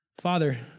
Father